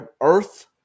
Earth